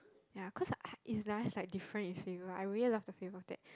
ya cause I it's nice like different in flavour I really love the flavour of that